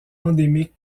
endémiques